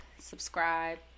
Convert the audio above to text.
subscribe